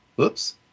Oops